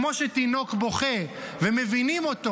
כמו שתינוק בוכה ומבינים אותו,